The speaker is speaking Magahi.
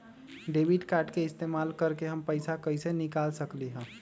डेबिट कार्ड के इस्तेमाल करके हम पैईसा कईसे निकाल सकलि ह?